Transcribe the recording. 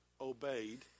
obeyed